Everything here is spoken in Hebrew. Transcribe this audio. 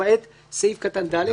למעט סעיף קטן (ד),